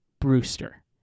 Brewster